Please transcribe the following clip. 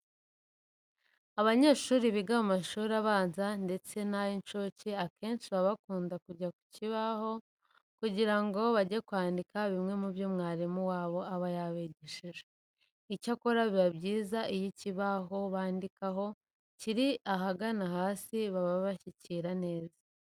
Abanyeshuri biga mu mashuri abanza ndetse n'ay'incuke akenshi baba bakunda kujya ku kibaho kugira ngo bajye kwandika bimwe mu byo umwarimu wabo aba yabigishije. Icyakora biba byiza iyo ikibaho bandikiraho kiri ahagana hasi baba bashyikira neza.